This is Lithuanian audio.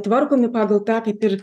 tvarkomi pagal tą kaip ir